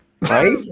right